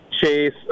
Chase